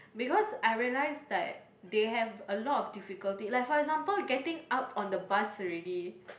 because I realize that they have a lot of difficulty like for example getting up on the bus already